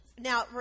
Now